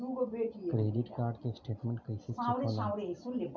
Credit card के statement कइसे check होला?